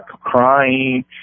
crying